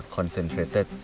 Concentrated